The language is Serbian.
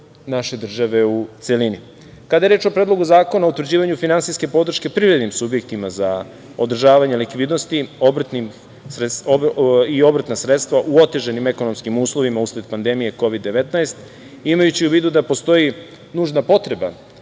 naše države u celini. Kada je reč o Predlogu zakonu o utvrđivanju finansijske podrške privrednim subjektima za održavanje likvidnosti i obrtna sredstva u otežanim ekonomskim uslovima usled pandemije Kovid 19, imajući u vidu da postoji nužna potreba